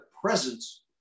presence